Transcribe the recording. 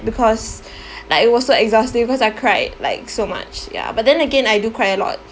because like it was so exhausting because I cried like so much ya but then again I do cry a lot